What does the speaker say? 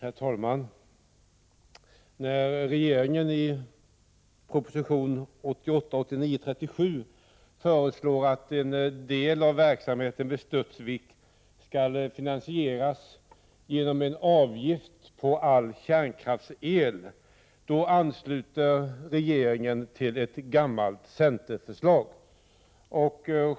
Herr talman! När regeringen i proposition 1988/89:37 föreslår att en del av verksamheten vid Studsvik skall finansieras genom en avgift på all kärnkraftsel, ansluter sig regeringen till ett gammalt centerförslag.